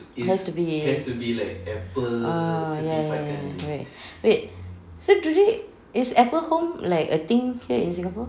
has to be ah ya ya ya right wait so do they is apple home a thing here in singapore